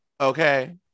okay